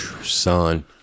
Son